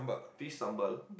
fish sambal